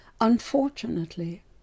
Unfortunately